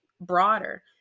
broader